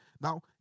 Now